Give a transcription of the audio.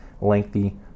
lengthy